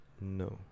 no